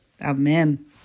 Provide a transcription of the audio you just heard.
Amen